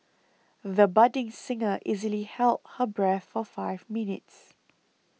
the budding singer easily held her breath for five minutes